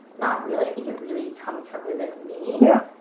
not really, i think it really comes from within me yeah.